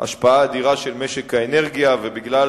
ההשפעה האדירה של משק האנרגיה ובגלל